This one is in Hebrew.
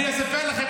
אני אספר לכם,